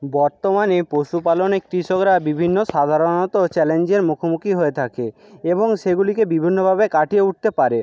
বর্তমানে পশুপালনে কৃষকরা বিভিন্ন সাধারণত চ্যালেঞ্জের মুখোমুখি হয়ে থাকে এবং সেগুলিকে বিভিন্নভাবে কাটিয়ে উঠতে পারে